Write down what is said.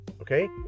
okay